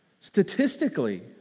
Statistically